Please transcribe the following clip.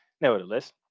nevertheless